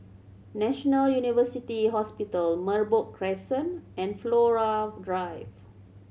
National University Hospital Merbok Crescent and Flora Drive